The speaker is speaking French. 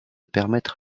permettre